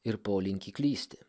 ir polinkį klysti